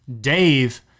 Dave